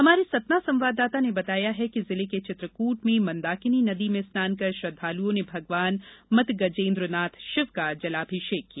हमारे सतना संवाददाता ने बताया कि जिले के चित्रकूट में मंदाकिनी नदी में स्नान कर श्रद्वालुओं ने भगवान मतगजेन्द्रनाथ शिव का जलाभिषेक किया